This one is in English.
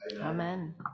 amen